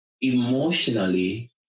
emotionally